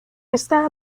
esta